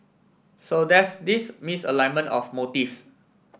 so there's this misalignment of motives